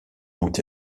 moed